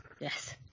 Yes